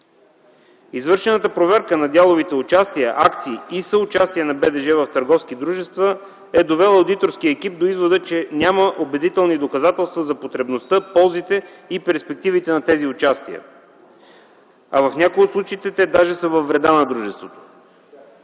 Извършената проверка на дяловите участия, акции и съучастия на БДЖ в търговски дружества е довело одиторския екип до извода, че няма убедителни доказателства за потребността, ползите и перспективите на тези участия, а в някои от случаите те даже са във вреда на дружеството.